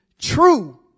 true